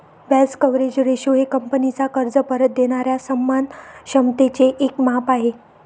व्याज coverage ratio हे कंपनीचा कर्ज परत देणाऱ्या सन्मान क्षमतेचे एक माप आहे